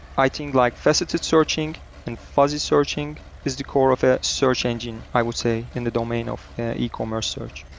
i think like faceted searching and fuzzy searching is the core of search engine i would say in the domain of ecommerce search.